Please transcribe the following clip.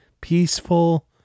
peaceful